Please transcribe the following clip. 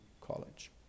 college